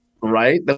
right